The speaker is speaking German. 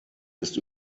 ist